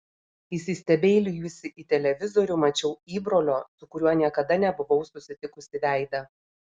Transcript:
įsistebeilijusi į televizorių mačiau įbrolio su kuriuo niekada nebuvau susitikusi veidą